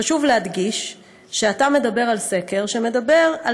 חשוב להדגיש שאתה מדבר על סקר שמדבר על